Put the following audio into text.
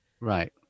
Right